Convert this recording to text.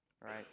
Right